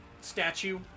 statue